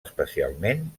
especialment